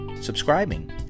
subscribing